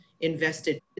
invested